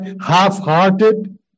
half-hearted